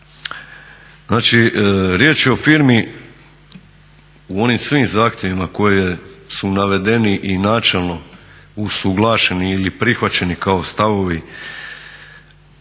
Znači riječ je o firmi u onim svim zahtjevima koji su navedeni i načelno usuglašeni ili prihvaćeni kao stavovi,